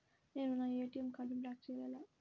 నేను నా ఏ.టీ.ఎం కార్డ్ను బ్లాక్ చేయాలి ఎలా?